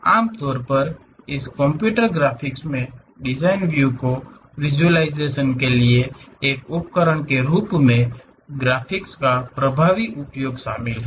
आमतौर पर इस कंप्यूटर ग्राफिक्स में डिज़ाइन व्यू के विज़ुअलाइज़ेशन के लिए एक उपकरण के रूप में ग्राफिक्स का प्रभावी उपयोग शामिल है